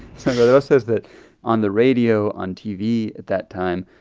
so godreau says that on the radio, on tv at that time,